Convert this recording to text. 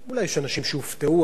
אני מכיר את המצב הזה,